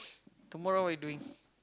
tomorrow what you doing